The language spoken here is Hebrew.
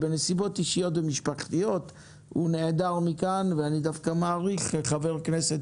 בנסיבות אישיות ומשפחתיות הוא נעדר מכאן ואני דווקא מעריך את חבר הכנסת